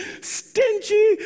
stingy